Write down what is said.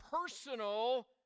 personal